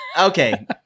Okay